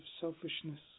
selfishness